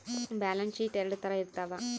balance sheet ಎರಡ್ ತರ ಇರ್ತವ